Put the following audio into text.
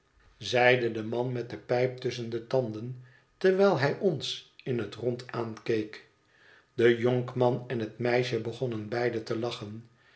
zeide de man met de pijp tusschen de tanden terwijl hij ons in het rond aankeek de jonkman en het meisje begonnen beide te lachen